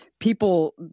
People